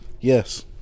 yes